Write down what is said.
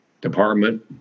department